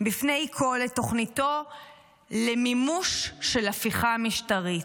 בפני כול את תוכניתו למימוש של הפיכה משטרית: